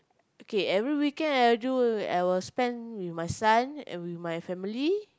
okay every weekend I will do I will spent with my son and my family